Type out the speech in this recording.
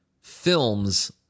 films